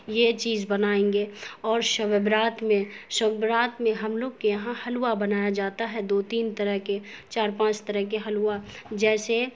یہ چیز بنائیں گے اور شب برأت میں شب برأت میں ہم لوگ کے یہاں حلوہ بنایا جاتا ہے دو تین طرح کے چار پانچ طرح کے حلوہ جیسے